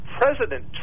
President